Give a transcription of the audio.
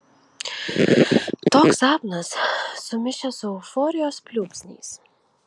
toks sapnas sumišęs su euforijos pliūpsniais